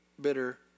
bitter